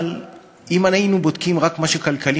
אבל אם היינו בודקים ומשאירים רק מה שכלכלי,